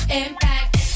impact